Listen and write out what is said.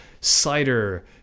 cider